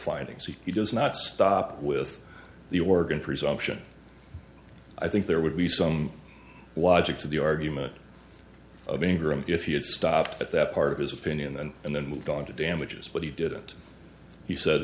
findings he does not stop with the oregon presumption i think there would be some logic to the argument of anger and if he had stopped at that part of his opinion and then moved on to damages but he didn't he said